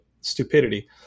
stupidity